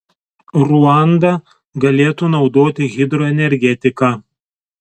ruanda galėtų naudoti hidroenergetiką